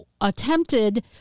attempted